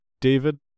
David